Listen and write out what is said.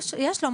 יש לו,